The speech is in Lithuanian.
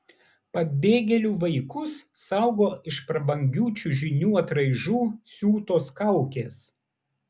pabėgėlių vaikus saugo iš prabangių čiužinių atraižų siūtos kaukės